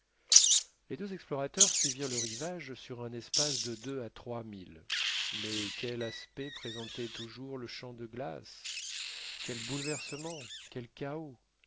les deux explorateurs suivirent le rivage sur un espace de deux à trois milles mais quel aspect présentait toujours le champ de glace quel bouleversement quel chaos